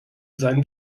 sein